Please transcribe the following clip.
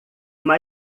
uma